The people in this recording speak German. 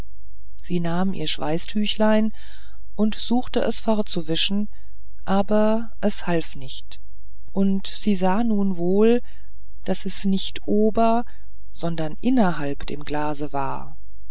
sie nahm ihr schweißtüchlein und suchte es fortzuwischen aber es half nicht und sie sah nun wohl daß es nicht ober sondern innerhalb dem glase war